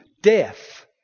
death